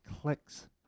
clicks